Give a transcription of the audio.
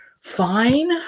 fine